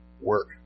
work